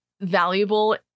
valuable